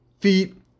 feet